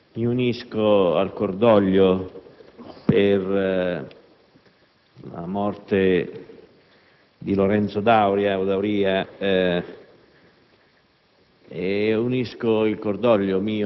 *(UDC)*. Signor Presidente, mi unisco al cordoglio per la morte di Lorenzo D'Auria